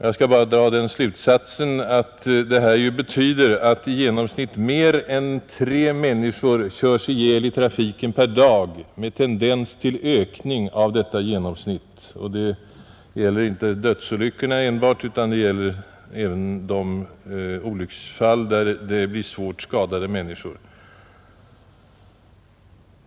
Jag skall bara dra den slutsatsen, att det här betyder att i genomsnitt mer än tre människor körs ihjäl i trafiken per dag med tendens till ökning av detta genomsnitt. Det gäller inte dödsolyckorna enbart, utan det gäller även de olycksfall där människor blir svårt skadade.